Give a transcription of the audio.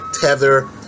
Tether